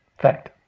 fact